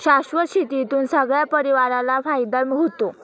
शाश्वत शेतीतून सगळ्या परिवाराला फायदा होतो